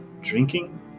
drinking